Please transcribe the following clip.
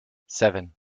seven